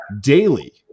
daily